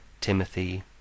Timothy